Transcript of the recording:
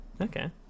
Okay